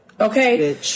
Okay